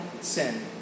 sin